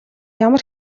ямар